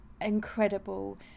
incredible